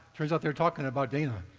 turns out they're talking about dana.